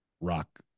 rock